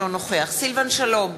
אינו נוכח סילבן שלום,